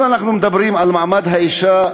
אם אנחנו מדברים על מעמד האישה,